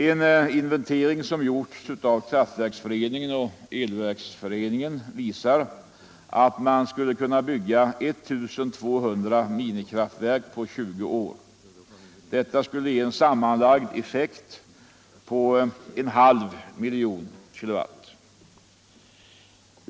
En inventering som gjorts av Kraftverksföreningen och Elverksföreningen visar att man skulle kunna bygga 1200 minikraftverk på 20 år. Detta skulle ge en sammanlagd effekt på en halv miljon kW.